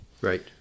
Right